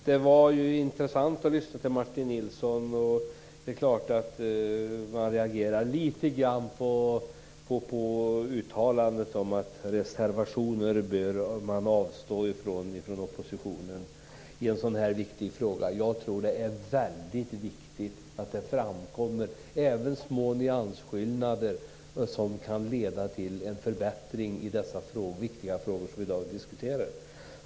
Herr talman! Det var intressant att lyssna på Martin Nilsson. Jag reagerade lite grann på uttalandet att oppositionen bör avstå från reservationer i en så här viktig fråga. Jag tror att det är väldigt viktigt att det framkommer även små nyansskillnader, som kan leda till en förbättring i de viktiga frågor som vi i dag diskuterar.